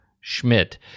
Schmidt